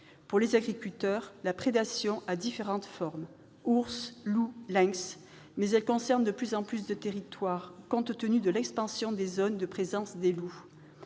Pour les agriculteurs, la prédation a différentes formes- ours, loup, lynx -, mais elle concerne de plus en plus de territoires, compte tenu de l'expansion des zones de présence des loups.